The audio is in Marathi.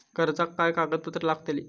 कर्जाक काय कागदपत्र लागतली?